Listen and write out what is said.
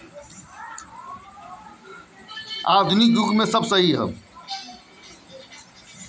electronic bill भुगतान में telephonic banking भी आवेला